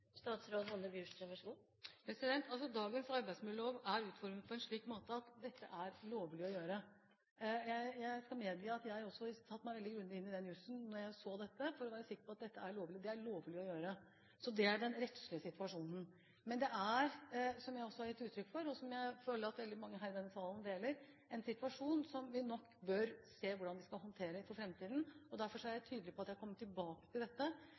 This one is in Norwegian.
Dagens arbeidsmiljølov er utformet på en slik måte at dette er lovlig å gjøre. Jeg skal medgi at jeg også satte meg veldig grundig inn i den jusen da jeg så dette, for å være sikker på at det er lovlig. Det er lovlig å gjøre det. Det er den rettslige situasjonen. Men som jeg har gitt uttrykk for, og som jeg føler at veldig mange her i denne salen deler, er dette en situasjon vi bør se på hvordan vi skal håndtere for framtiden, og derfor er jeg tydelig på at jeg kommer tilbake til dette.